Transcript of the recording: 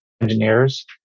engineers